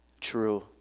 True